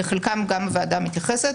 לחלקם גם הוועדה מתייחסת.